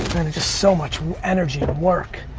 just so much energy and work.